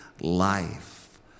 life